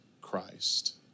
Christ